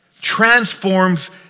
transforms